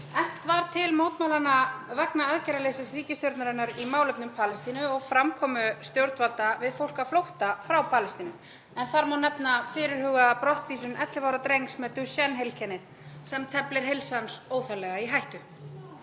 Efnt var til mótmælanna vegna aðgerðaleysis ríkisstjórnarinnar í málefnum Palestínu og framkomu stjórnvalda við fólk á flótta frá Palestínu, en þar má nefna fyrirhugaða brottvísun 11 ára drengs með Duchenne-heilkennið sem teflir heilsu hans í óþarfa hættu.